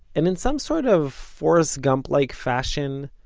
and in some sort of forrest gump-like fashion,